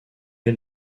est